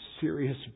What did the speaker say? serious